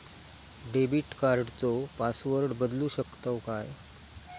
Debit कार्डचो password बदलु शकतव काय?